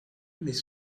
mais